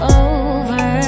over